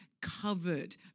covered